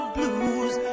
Blues